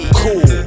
cool